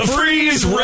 Freeze